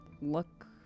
look